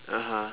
(uh huh)